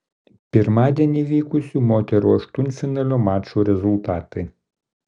pirmadienį vykusių moterų aštuntfinalio mačų rezultatai